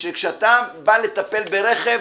שכשאתה בא לטפל ברכב,